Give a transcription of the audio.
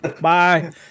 Bye